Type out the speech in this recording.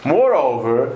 Moreover